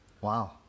Wow